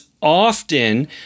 Often